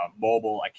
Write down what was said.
mobile